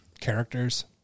characters